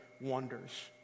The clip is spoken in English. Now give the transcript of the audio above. wonders